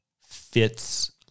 fits